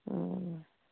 ꯎꯝ